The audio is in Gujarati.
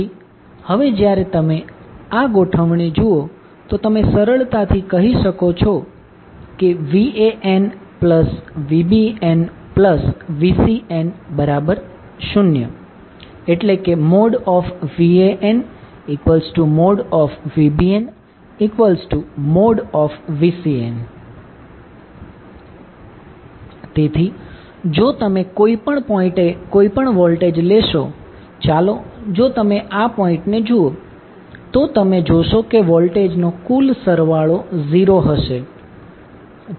તેથી હવે જ્યારે તમે આ ગોઠવણી જુઓ તમે સરળતાથી કહી શકો છો કે VanVbnVcn0 VanVbnVcn તેથી જો તમે કોઈપણ પોઈન્ટએ કોઈ પણ વોલ્ટેજ લેશો ચાલો જો તમે આ પોઈન્ટ ને જુઓ તો તમે જોશો કે વોલ્ટેજ નો કુલ સરવાળો 0 હશે